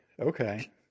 Okay